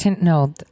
No